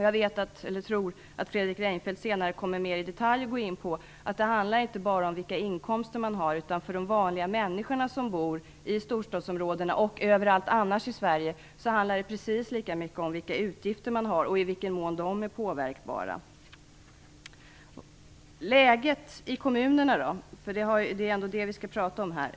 Jag tror att Fredrik Reinfeldt mer i detalj kommer att gå in på att det inte bara handlar om vilka inkomster man har - för de vanliga människor som bor i storstadsområdena och på alla andra ställe i Sverige handlar det lika mycket om vilka utgifter man har och i vilken mån de är påverkbara. Hur är då läget för kommunerna? Det är ändå det som vi skall prata om här.